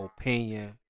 opinion